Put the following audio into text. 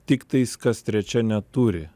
tiktais kas trečia neturi